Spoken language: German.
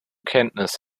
kenntnis